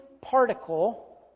particle